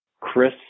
Chris